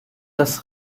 das